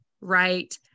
right